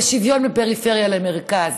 שוויון בין פריפריה למרכז,